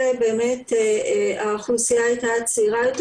באמת האוכלוסייה הייתה צעירה יותר.